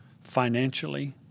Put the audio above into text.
financially